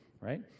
right